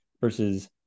versus